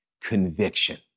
Conviction